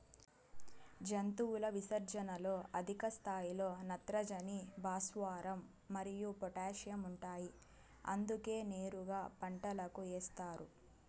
జంతువుల విసర్జనలలో అధిక స్థాయిలో నత్రజని, భాస్వరం మరియు పొటాషియం ఉంటాయి అందుకే నేరుగా పంటలకు ఏస్తారు